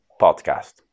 podcast